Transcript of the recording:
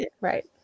right